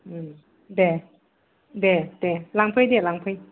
दे दे दे दे लांफै दे लांफै